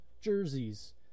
jerseys